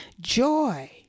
joy